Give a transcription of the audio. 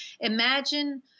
imagine